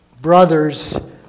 brothers